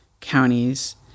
counties